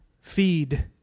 feed